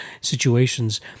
situations